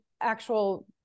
actual